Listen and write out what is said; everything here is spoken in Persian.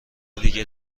دیگه